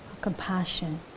compassion